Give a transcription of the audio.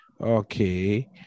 Okay